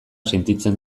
sentitzen